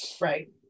Right